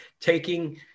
taking